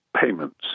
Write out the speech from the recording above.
payments